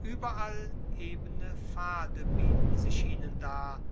überall ebene pfade bieten sich ihnen dar